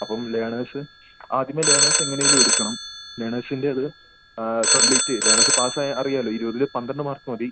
അപ്പം ലേണേസ് ആദ്യമേ ലേണേസ് എങ്ങനെയെങ്കിലും എടുക്കണം ലേണേസിൻ്റെ ഇത് കംപ്ലീറ്റ് ചെയ് ലേണേസ് പാസ് ആയാൽ അറിയാമല്ലോ ഇരുപതിൽ പന്ത്രണ്ട് മാർക്ക് മതി